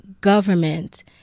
government